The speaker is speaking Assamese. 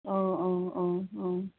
অঁ অঁ অঁ